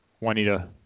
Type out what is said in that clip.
Juanita